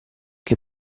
che